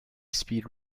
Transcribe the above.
speed